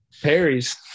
perry's